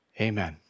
Amen